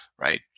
right